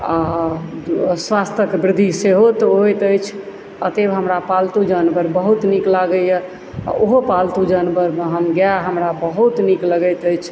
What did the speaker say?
आ स्वास्थ्यक वृद्धि सेहो होयत अछि अतएव हमरा पालतू जानवर बहुत नीक लागैया आ ओहो पालतू जानवरमे हम गाय हमरा बहुत नीक लगैत अछि